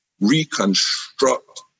reconstruct